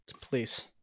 Please